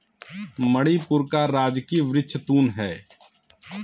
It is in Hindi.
मणिपुर का राजकीय वृक्ष तून है